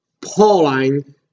Pauline